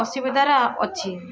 ଅସୁବିଧାର ଅଛି